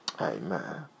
Amen